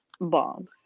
bomb